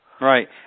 Right